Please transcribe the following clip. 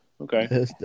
Okay